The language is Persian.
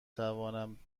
توانم